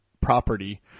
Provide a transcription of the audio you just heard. property